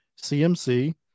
CMC